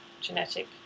genetic